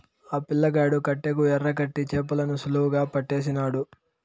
ఆ పిల్లగాడు కట్టెకు ఎరకట్టి చేపలను సులువుగా పట్టేసినాడు